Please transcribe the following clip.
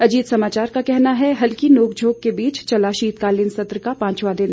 अजीत समाचार का कहना है हल्की नोक झॉक के बीच चला शीतकालीन सत्र का पांचवां दिन